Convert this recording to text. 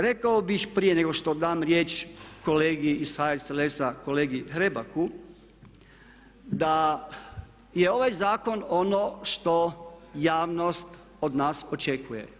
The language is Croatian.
Rekao bih prije nego što dam riječ kolegi iz HSLS-a, kolegi Hrebaku, da je ovaj zakon ono što javnost od nas očekuje.